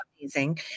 amazing